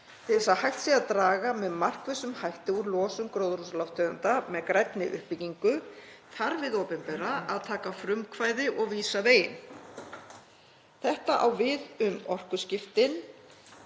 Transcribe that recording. þess að hægt sé að draga með markvissum hætti úr losun gróðurhúsalofttegunda með grænni uppbyggingu þarf hið opinbera að taka frumkvæði og vísa veginn. Þetta á við um orkuskiptin,